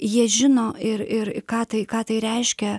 jie žino ir ir ką tai ką tai reiškia